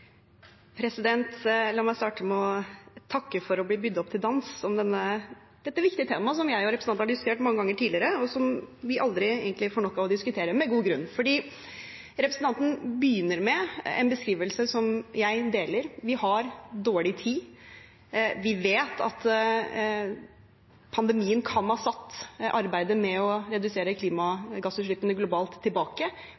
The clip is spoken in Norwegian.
La meg starte med å takke for å bli bydd opp til dans – om dette viktige temaet som jeg og representanten har diskutert mange ganger tidligere, og som vi egentlig aldri får nok av å diskutere, med god grunn. For representanten begynner med en beskrivelse som jeg deler: Vi har dårlig tid, vi vet at pandemien kan ha satt arbeidet med å redusere